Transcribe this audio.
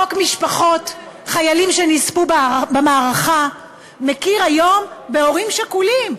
חוק משפחות חיילים שנספו במערכה מכיר היום בהורים שכולים,